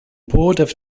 board